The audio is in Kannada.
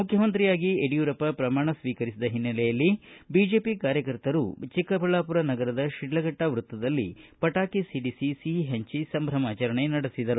ಮುಖ್ಯಮಂತ್ರಿಯಾಗಿ ಯಡಿಯೂರಪ್ಪ ಪ್ರಮಾಣ ಸ್ವೀಕರಿಸಿದ ಹಿನ್ನೆಲೆಯಲ್ಲಿ ಬಿಜೆಪಿ ಕಾರ್ಯಕರ್ತರು ಚಿಕ್ಕಬಳ್ಳಾಪುರ ನಗರದ ಶಿಡ್ಲಘಟ್ಟ ವೃತ್ತದಲ್ಲಿ ಪಟಾಕಿ ಸಿಡಿಸಿ ಸಿಹಿ ಹಂಚಿ ಸಂಭ್ರಮಾಚರಣೆ ನಡೆಸಿದರು